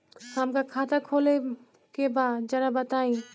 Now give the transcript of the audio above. हमका खाता खोले के बा जरा बताई?